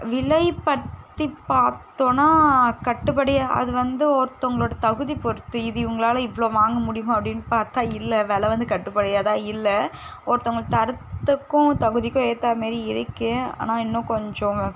விலை பற்றி பார்த்தோன்னா கட்டுப்படியாக அது வந்து ஒருத்தவங்களோடய தகுதி பொறுத்து இது இவங்களால இவ்வளோ வாங்க முடியுமா அப்படின்னு பார்த்தா இல்லை வில வந்து கட்டுப்படியாக தான் இல்லை ஒருத்தவங்கள் தரத்துக்கும் தகுதிக்கும் ஏற்ற மாரி இருக்கும் ஆனால் இன்னும் கொஞ்சம்